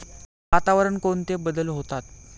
वातावरणात कोणते बदल होतात?